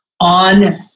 on